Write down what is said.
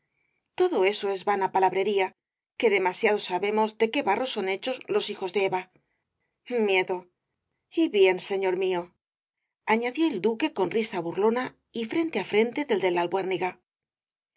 todo eso es vana palabrería que demasiado sabemos de qué barro son hechos los hijos de eva miedo y bien señor míoañadió el duque con risa burlona y frente á frente del de la